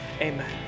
amen